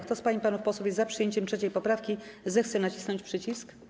Kto z pań i panów posłów jest za przyjęciem 3. poprawki, zechce nacisnąć przycisk.